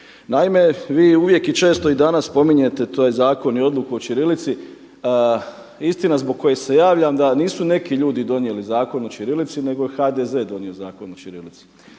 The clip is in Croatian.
Naime, vi uvijek i često i danas spominjete to je zakon i odluku o ćirilici, istina zbog koje se javljam da nisu neki ljudi donijeli Zakon o ćirilici nego je HDZ donio Zakon o ćirilici.